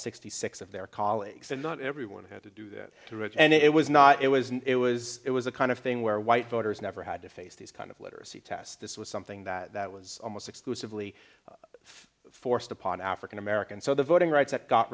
sixty six of their colleagues and not everyone had to do this through it and it was not it was and it was it was a kind of thing where white voters never had to face these kind of literacy tests this was something that was almost exclusively forced upon african americans so the voting rights act got